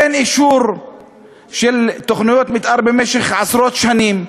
אין אישור של תוכניות מתאר במשך עשרות שנים,